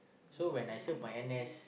so when I served my N_S